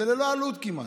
זה ללא עלות כמעט,